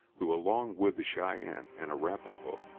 who along with the cheyenne and arapaho,